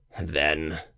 Then